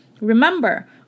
Remember